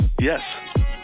Yes